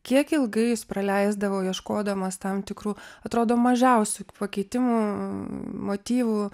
kiek ilgai jis praleisdavo ieškodamas tam tikrų atrodo mažiausių pakeitimų motyvų